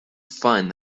find